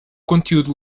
conteúdo